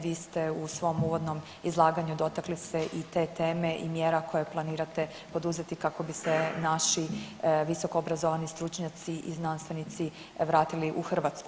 Vi ste u svom uvodnom izlaganju dotakli se i te teme i mjera koje planirate poduzeti kako biste naši visoko obrazovani stručnjaci i znanstvenici vratili u Hrvatsku.